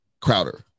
Crowder